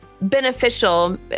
beneficial